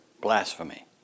blasphemy